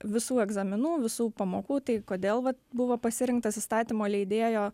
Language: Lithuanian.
visų egzaminų visų pamokų tai kodėl vat buvo pasirinktas įstatymo leidėjo